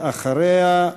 אחריה,